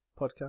podcast